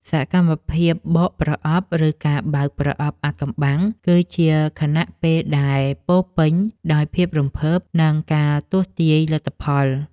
សកម្មភាពបកប្រអប់ ឬការបើកប្រអប់អាថ៌កំបាំង គឺជាខណៈពេលដែលពោរពេញដោយភាពរំភើប និងការទស្សន៍ទាយលទ្ធផល។